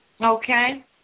Okay